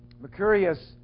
Mercurius